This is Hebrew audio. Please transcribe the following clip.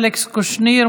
אלכס קושניר,